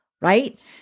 right